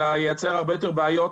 אלא ייצר הרבה יותר בעיות